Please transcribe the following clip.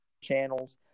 channels